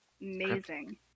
Amazing